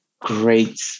great